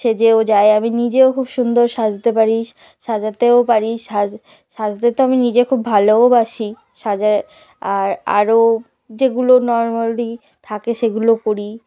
সেজেও যায় আমি নিজেও খুব সুন্দর সাজতে পারি সাজাতেও পারি সাজ সাজতে তো আমি নিজে খুব ভালোবাসি সাজা আর আরো যেগুলো নরমালি থাকে সেগুলো করি